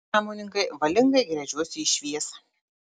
sąmoningai valingai gręžiuosi į šviesą